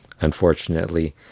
unfortunately